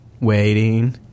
Waiting